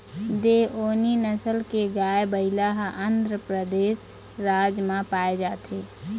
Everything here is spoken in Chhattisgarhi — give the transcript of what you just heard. देओनी नसल के गाय, बइला ह आंध्रपरदेस राज म पाए जाथे